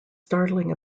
startling